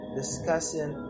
discussing